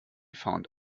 found